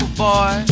boy